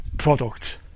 product